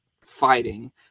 fighting